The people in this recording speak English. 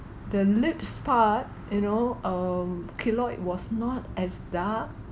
the lips part you know um keloid was not as dark